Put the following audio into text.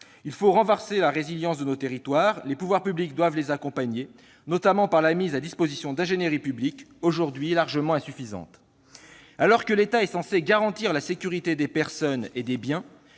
Il faut renforcer la résilience de nos territoires. Les pouvoirs publics doivent les accompagner, notamment par la mise à disposition d'ingénierie publique, aujourd'hui largement insuffisante. Alors que l'État est censé garantir la sécurité des personnes et des biens